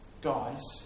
guys